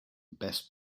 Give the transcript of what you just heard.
best